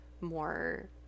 more